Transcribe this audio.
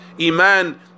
Iman